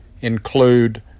include